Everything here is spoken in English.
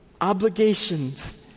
Obligations